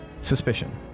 suspicion